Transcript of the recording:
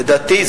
לדעתי,